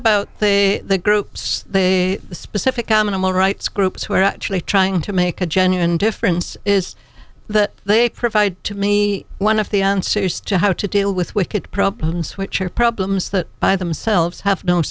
about they groups they specific nominal rights groups who are actually trying to make a genuine difference is that they provide to me one of the answers to how to deal with wicked problems which are problems that by themselves have no